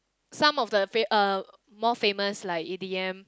some of the fa~ uh more famous like E_D_M